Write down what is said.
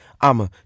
I'ma